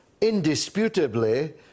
indisputably